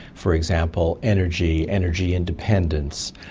for example energy, energy independence.